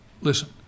listen